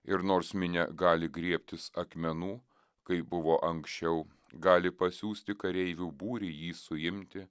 ir nors minia gali griebtis akmenų kaip buvo anksčiau gali pasiųsti kareivių būrį jį suimti